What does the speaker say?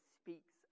speaks